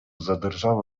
zadrżały